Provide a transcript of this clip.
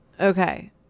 Okay